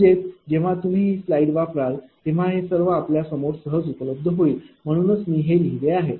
म्हणजेच जेव्हा तुम्ही ही स्लाईड वापराल त्यावेळी हे सर्व आपल्या समोर सहज उपलब्ध होईल म्हणूनच मी हे लिहिले आहे